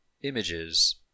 images